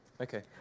Okay